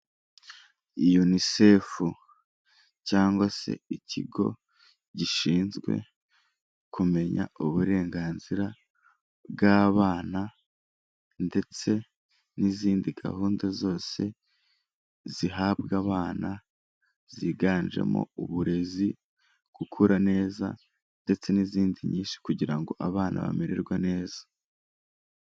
UNICEF cyangwa se ikigo gishinzwe kumenya uburenganzira bw'abana ndetse n'izindi gahunda zose zihabwa abana ziganjemo uburezi gukura neza ndetse n'izindi nyinshi kugira ngo abana bamererwe neza.